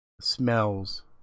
smells